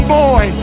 boy